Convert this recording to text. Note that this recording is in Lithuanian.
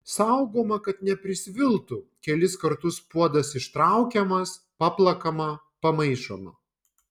saugoma kad neprisviltų kelis kartus puodas ištraukiamas paplakama pamaišoma